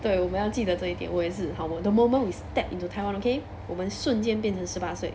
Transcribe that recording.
对我们要记得这一点我也是好 the moment we step into taiwan okay 我们瞬间变成十八岁